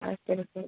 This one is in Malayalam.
ആ ചിലപ്പോൾ